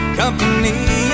company